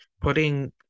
putting